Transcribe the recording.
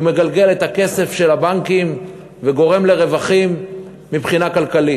הוא מגלגל את הכסף של הבנקים וגורם לרווחים מבחינה כלכלית,